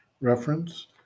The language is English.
Reference